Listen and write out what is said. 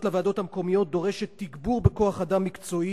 לוועדות המקומיות דורשת תגבור בכוח אדם מקצועי,